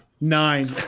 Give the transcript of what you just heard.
Nine